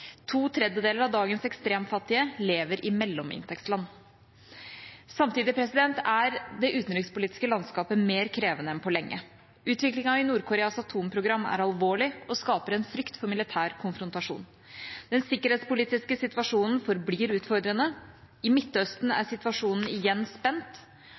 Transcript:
To tredjedeler av dagens ekstremfattige lever i mellominntektsland. Samtidig er det utenrikspolitiske landskapet mer krevende enn på lenge. Utviklingen i Nord-Koreas atomprogram er alvorlig og skaper en frykt for militær konfrontasjon. Den sikkerhetspolitiske situasjonen forblir utfordrende. I Midtøsten er situasjonen igjen spent,